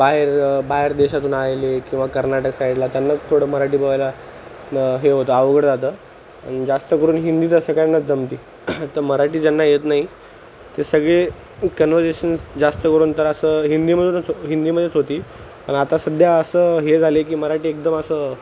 बाहेर बाहेर देशातून आलेले किंवा कर्नाटक साईडला त्यांनाच थोडं मराठी बोलायला हे होतं अवघड जातं आणि जास्त करून हिंदी तर सगळ्यांनाच जमते तर मराठी ज्यांना येत नाही ते सगळे कन्वर्सेशन जास्त करून तर असं हिंदीमधूनच हिंदीमध्येच होती आणि आता सध्या असं हे झाले की मराठी एकदम असं